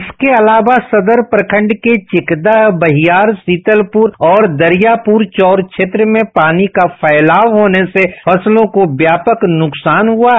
इसके अलावा सदर प्रखंड के चिकदह बहियार शीतलपुर और दरियापुर चौर क्षेत्र में पानी का फैलाव होने से फसलों को व्यापक नुकसान हुआ है